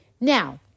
Now